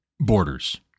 borders